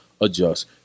adjust